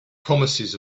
promises